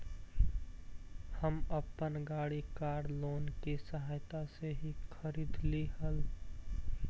हम अपन गाड़ी कार लोन की सहायता से ही खरीदली हल